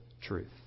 truth